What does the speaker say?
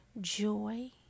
Joy